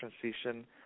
transition